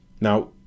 Now